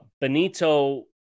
Benito